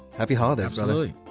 happy holidays absolutely.